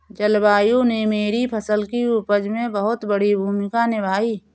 जलवायु ने मेरी फसल की उपज में बहुत बड़ी भूमिका निभाई